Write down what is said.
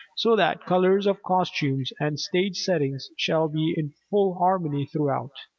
so that colors of costumes and stage settings shall be in full harmony throughout.